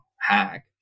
hack